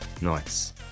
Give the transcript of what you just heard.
nice